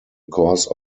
cause